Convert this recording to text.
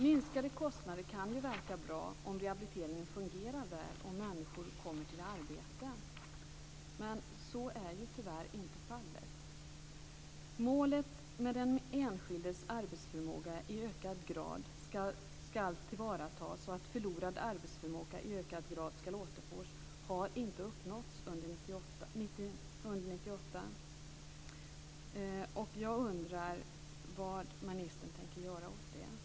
Minskade kostnader kan ju verka bra om rehabiliteringen fungerar väl och människor kommer till arbete. Men så är tyvärr inte fallet. Målet med att den enskildes arbetsförmåga i ökad grad skall tillvaratas så att förlorad arbetsförmåga i ökad grad skall återfås har inte uppnåtts under 1998. Jag undrar vad ministern tänker göra åt det.